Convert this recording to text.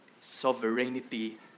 sovereignty